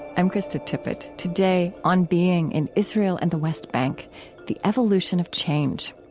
i'm krista tippett. today, on being in israel and the west bank the evolution of change.